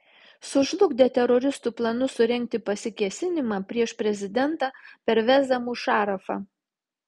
sužlugdė teroristų planus surengti pasikėsinimą prieš prezidentą pervezą mušarafą